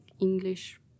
English